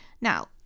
now